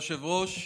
כבוד היושב-ראש,